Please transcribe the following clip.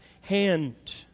hand